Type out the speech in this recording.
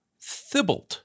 Thibault